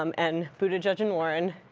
um and buttigieg and warren